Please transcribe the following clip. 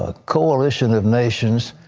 ah coalition of nations,